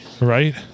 right